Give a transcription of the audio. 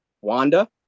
Wanda